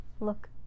Look